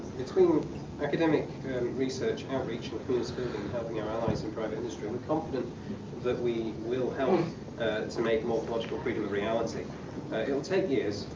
between academic research, outreach and community building and helping our allies in private industry, we're confident that we will help to make morphological freedom a reality. it will take years,